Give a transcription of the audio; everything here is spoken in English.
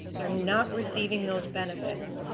they're not receiving those benefits.